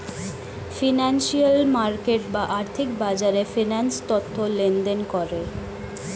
financial market বা আর্থিক বাজারে ফিন্যান্স তথ্য লেনদেন করে